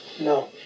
No